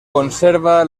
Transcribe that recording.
conserva